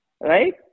Right